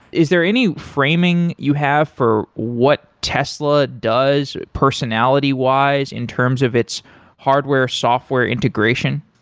is there any framing you have for what tesla does personality-wise in terms of its hardware-software integration?